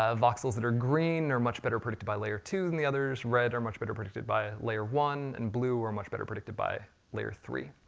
ah voxels that are green, they're much better predicted by layer two than the others. red are much better predicted by layer one, and blue are much better predicted by layer three.